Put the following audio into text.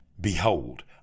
Behold